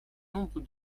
nombre